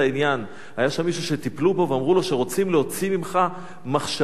היה שם מישהו שטיפלו בו ואמרו לו שרוצים להוציא ממנו מחשבות שווא,